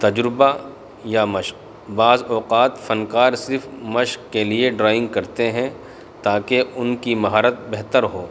تجربہ یا مشق بعض اوقات فنکار صرف مشق کے لیے ڈرائنگ کرتے ہیں تاکہ ان کی مہارت بہتر ہو